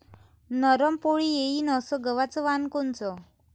नरम पोळी येईन अस गवाचं वान कोनचं?